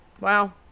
Wow